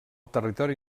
territori